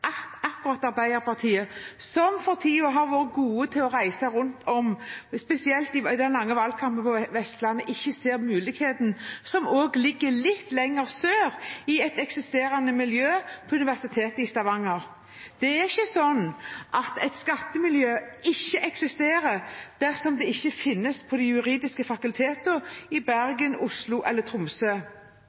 at akkurat Arbeiderpartiet, som i lang tid – spesielt i den lange valgkampen – har vært gode til å reise rundt om på Vestlandet, ikke ser muligheten som ligger litt lenger sør, i et eksisterende miljø ved Universitetet i Stavanger. Det er ikke slik at et skattemiljø ikke eksisterer dersom det ikke finnes ved Det juridiske fakultet i Bergen, i Oslo eller i Tromsø.